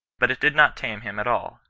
but it did not tame him at all,